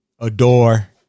Adore